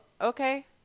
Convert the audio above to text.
okay